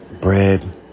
Bread